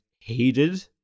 hated